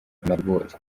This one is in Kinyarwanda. amaribori